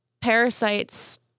parasites